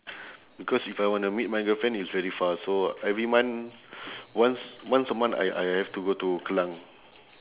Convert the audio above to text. because if I wanna meet my girlfriend it's very far so every month once once a month I I have to go to klang